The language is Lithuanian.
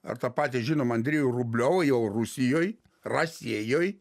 ar tą patį žinomą andrejų vrubliovą jau rusijoj rasiejoj